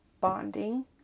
bonding